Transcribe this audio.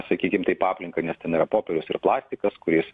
sakykim taip aplinką nes ten yra popierius ir plastikas kuris